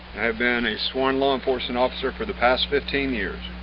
i've been a sworn law enforcement officer for the past fifteen years.